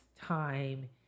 time